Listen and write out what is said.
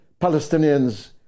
Palestinians